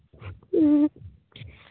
ᱦᱮᱸ